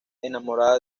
enamorada